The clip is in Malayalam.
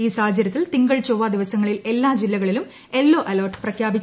ഈ സാഹചര്യത്തിൽ തിങ്കൾ ചൊവ്വ ദിവസങ്ങളിൽ എല്ലാ ജില്ലകളിലും യെല്ലോ അലേർട്ട് പ്രഖ്യാപിച്ചു